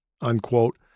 unquote